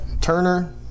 Turner